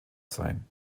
sein